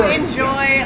enjoy